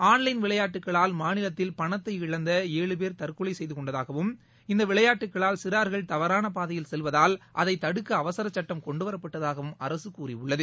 online விளையாட்டுக்ளால் மாநிலத்தில் பணத்தை இழந்த ஏழு பேர் தற்கொலை செய்து கொண்டதாகவும் இந்த விளையாட்டுக்களால் சிறார்கள் தவறாள பாதையில் செல்வதால் அதை தடுக்க அவசரச்சட்டம் கொண்டு வரப்பட்டதாகவும் அரசு கூறியுள்ளது